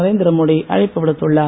நரேந்திர மோடி அழைப்பு விடுத்துள்ளார்